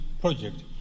Project